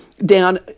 Down